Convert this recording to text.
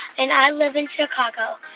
and i live in chicago.